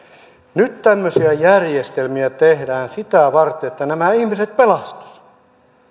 nyt tämmöisiä järjestelmiä tehdään sitä varten että nämä ihmiset pelastuisivat